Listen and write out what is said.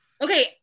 Okay